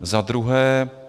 Za druhé.